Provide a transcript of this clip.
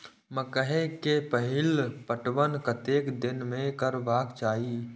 मकेय के पहिल पटवन कतेक दिन में करबाक चाही?